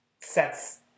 sets